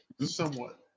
Somewhat